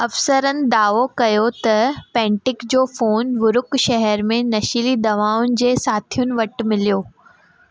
अफ़सरनि दावो कयो त पैंटिक जो फोन वुरुक शहर में नशीली दवाउनि जे साथियुनि वटि मिलियो